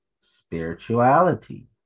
spirituality